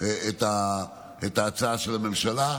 את ההצעה של הממשלה,